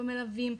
במלווים,